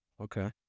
okay